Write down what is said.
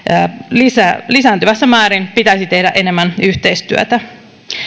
lisääntyvässä lisääntyvässä määrin pitäisi tehdä enemmän yhteistyötä